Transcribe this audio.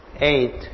eight